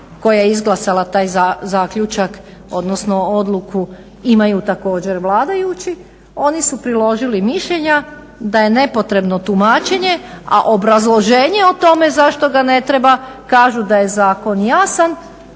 koja je izglasala taj zaključak odnosno odluku imaju također vladajući oni su priložili mišljenja da je nepotrebno tumačenje a obrazloženje o tome zašto ga ne treba kažu da je zakon jasan